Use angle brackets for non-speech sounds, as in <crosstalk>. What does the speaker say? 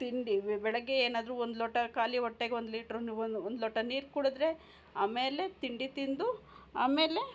ತಿಂಡಿ ಬೆಳಗ್ಗೆ ಏನಾದ್ರೂ ಒಂದು ಲೋಟ ಖಾಲಿ ಹೊಟ್ಟೆಗೆ ಒಂದು ಲೀಟ್ರು <unintelligible> ಒಂದು ಒಂದು ಲೋಟ ನೀರು ಕುಡಿದ್ರೆ ಆಮೇಲೆ ತಿಂಡಿ ತಿಂದು ಆಮೇಲೆ